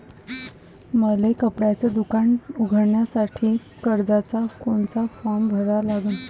मले कपड्याच दुकान उघडासाठी कर्जाचा कोनचा फारम भरा लागन?